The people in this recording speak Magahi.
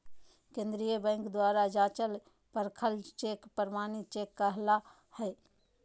केंद्रीय बैंक द्वारा जाँचल परखल चेक प्रमाणित चेक कहला हइ